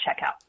checkout